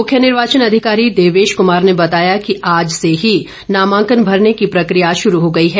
मुख्य निर्वाचन अधिकारी देवेश कमार ने बताया कि आज से ही नामांकन भरने की प्रकिया शुरू हो गई है